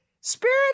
spirit